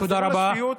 תחזרו לשפיות,